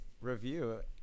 review